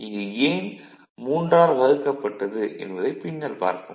இங்கு ஏன் 3 ஆல் வகுக்கப்பட்டது என்பதைப் பின்னர் பார்ப்போம்